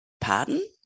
Pardon